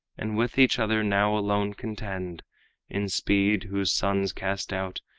and with each other now alone contend in speed, whose sons cast out,